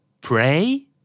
Pray